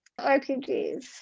RPGs